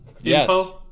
Yes